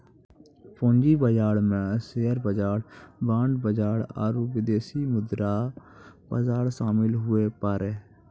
पूंजी बाजार मे शेयर बाजार बांड बाजार आरू विदेशी मुद्रा बाजार शामिल हुवै पारै